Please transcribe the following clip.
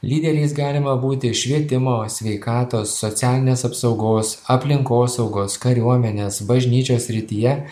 lyderiais galima būti švietimo sveikatos socialinės apsaugos aplinkosaugos kariuomenės bažnyčios srityje